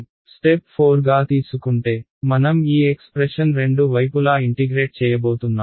slide టైమ్ని చూడండి 1053 step 4 గా తీసుకుంటే మనం ఈ ఎక్స్ప్రెషన్ రెండు వైపులా ఇంటిగ్రేట్ చేయబోతున్నాం